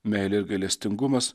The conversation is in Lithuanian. meilė ir gailestingumas